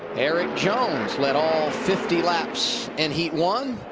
erik jones led all fifty laps in heat one.